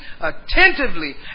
Attentively